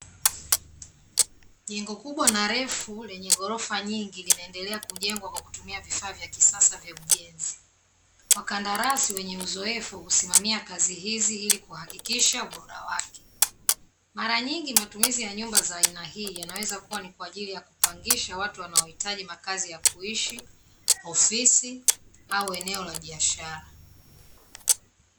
Jengo kubwa na refu lenye ghorofa nyingi linaendelea kujengwa kwa kutumia vifaa vya kisasa vya ujenzi, wakandarasi wenye uzoefu husimamia kazi hizi ili kuhakikisha ubora wake, mara nyingi matumizi ya nyumba za aina hii yanaweza kuwa ni kwa ajili ya kupangisha watu wanaohitaji makazi ya kuishi, ofisi au eneo la biashara.